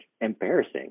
embarrassing